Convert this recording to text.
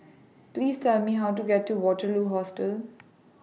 Please Tell Me How to get to Waterloo Hostel